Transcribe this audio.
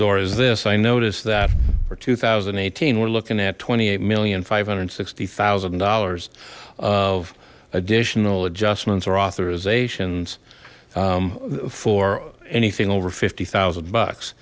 doar is this i noticed that for two thousand and eighteen we're looking at twenty eight million five hundred sixty thousand dollars of additional adjustments or authorizations for anything over fifty thousand bucks